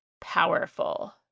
powerful